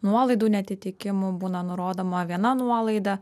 nuolaidų neatitikimų būna nurodoma viena nuolaida